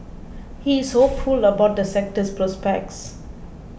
he is hopeful about the sector's prospects